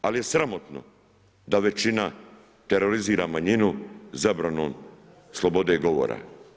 Ali, je sramotno, da većina terorizira manjinu zabranom slobode govora.